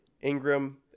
Ingram